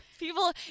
People